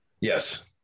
Yes